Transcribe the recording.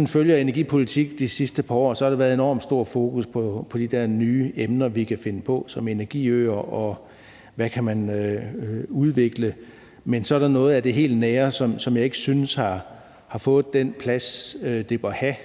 har fulgt energipolitikken i de sidste par år, kan jeg se, at der har været et enormt stort fokus på de nye emner, vi kan finde på, såsom energiøer, og på, hvad man kan udvikle, men så er der noget af det helt nære, som jeg ikke synes har fået den plads, det bør have.